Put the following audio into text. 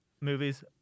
movies